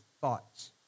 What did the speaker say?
thoughts